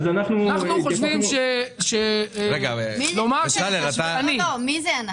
אנחנו חושבים ש --- נאמר שאני --- מי זה אנחנו?